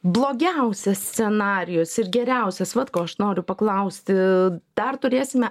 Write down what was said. blogiausias scenarijus ir geriausias vat ko aš noriu paklausti dar turėsime